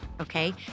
okay